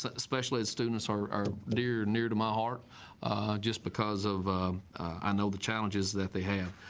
so especially as students our dear near to my heart just because of i know the challenges that they have